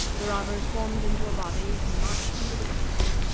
the robbers formed into a body, and marched into the castle,